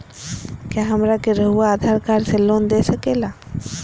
क्या हमरा के रहुआ आधार कार्ड से लोन दे सकेला?